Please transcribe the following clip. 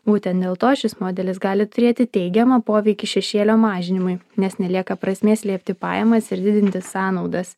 būtent dėl to šis modelis gali turėti teigiamą poveikį šešėlio mažinimui nes nelieka prasmės slėpti pajamas ir didinti sąnaudas